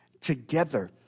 together